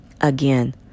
Again